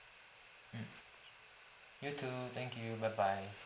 mm you too thank you bye bye